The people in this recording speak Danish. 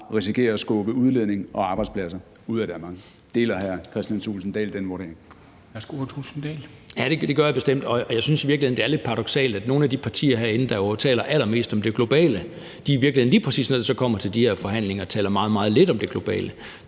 Formanden (Henrik Dam Kristensen): Værsgo, hr. Kristian Thulesen Dahl. Kl. 14:14 Kristian Thulesen Dahl (DF): Ja, det gør jeg bestemt, og jeg synes i virkeligheden, det er lidt paradoksalt, at nogle af de partier herinde, der jo taler allermest om det globale, i virkeligheden lige præcis, når det så kommer til de her forhandlinger, taler meget, meget lidt om det globale.